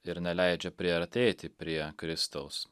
ir neleidžia priartėti prie kristaus